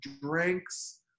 drinks